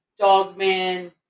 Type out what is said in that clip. Dogman